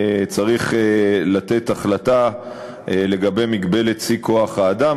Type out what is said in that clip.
צריך לתת החלטה לגבי מגבלת שיא כוח-האדם,